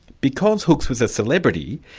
because hookes was a celebrity,